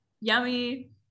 yummy